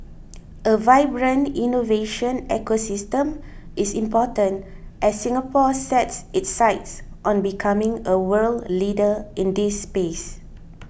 a vibrant innovation ecosystem is important as Singapore sets its sights on becoming a world leader in this space